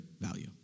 value